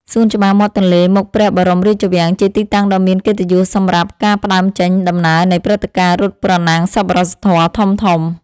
សួនច្បារមាត់ទន្លេមុខព្រះបរមរាជវាំង ជាទីតាំងដ៏មានកិត្តិយសសម្រាប់ការផ្ដើមចេញដំណើរនៃព្រឹត្តិការណ៍រត់ប្រណាំងសប្បុរសធម៌ធំៗ។